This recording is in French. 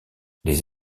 les